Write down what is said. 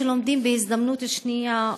שלומדים ב"הזדמנות השנייה",